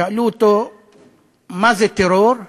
שאלו אותו מה זה טרור,